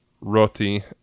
Roti